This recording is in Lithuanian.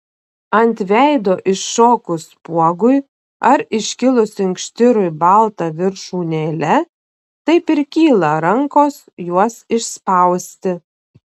ant veido iššokus spuogui ar iškilus inkštirui balta viršūnėle taip ir kyla rankos juos išspausti